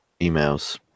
Emails